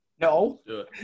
No